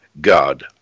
God